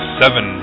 seven